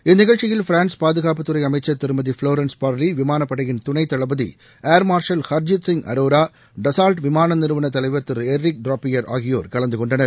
இந்நிகழ்ச்சியில் பிரான்ஸ் பாதுகாப்புத்துறை அமைச்சர் திருமதி புளோரன்ஸ் பார்லி விமானப்படையின் துணை தளபதி ஏர்மார்ஷல் ஹர்ஜித் சிப் அரோரா டஸால்ட் விமானநிறவன தலைவர் திரு எர்ரிக் டிராப்பியர் ஆகியோர் கலந்துகொண்டனர்